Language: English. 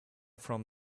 from